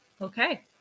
Okay